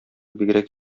бигрәк